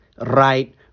right